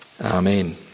Amen